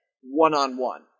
one-on-one